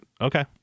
okay